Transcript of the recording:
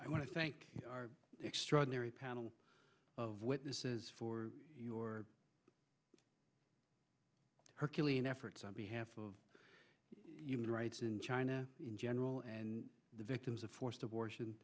to thank our extraordinary panel of witnesses for your herculean efforts on behalf of human rights in china in general and the victims of forced abortions